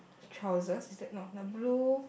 trousers is that no the blue